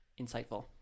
Insightful